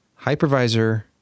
hypervisor